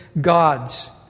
gods